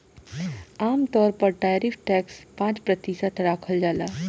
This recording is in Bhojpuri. आमतौर पर टैरिफ टैक्स पाँच प्रतिशत राखल जाला